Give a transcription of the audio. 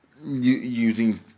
using